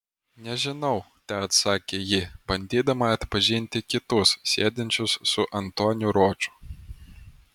nežinau teatsakė ji bandydama atpažinti kitus sėdinčius su antoniu roču